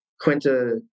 Quinta